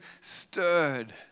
stirred